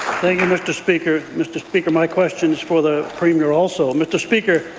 you, mr. speaker. mr. speaker, my question is for the premier also. mr. speaker,